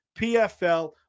PFL